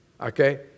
Okay